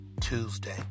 Tuesday